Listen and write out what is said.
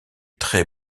très